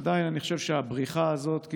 אני עדיין חושב שהבריחה הזאת,